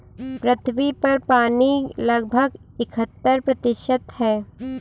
पृथ्वी पर पानी लगभग इकहत्तर प्रतिशत है